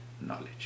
knowledge